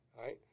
right